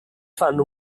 fanno